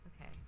Okay